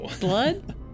blood